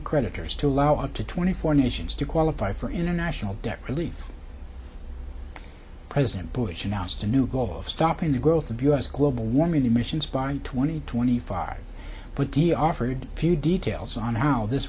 creditors to allow up to twenty four nations to qualify for international debt relief president bush announced a new goal of stopping the growth of u s global warming emissions by twenty twenty five but dia offered few details on how this